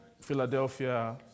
Philadelphia